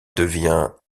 devient